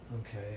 Okay